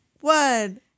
one